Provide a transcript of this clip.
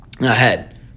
ahead